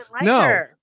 no